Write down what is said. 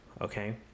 Okay